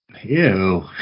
Ew